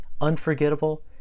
unforgettable